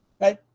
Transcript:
right